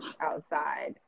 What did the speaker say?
outside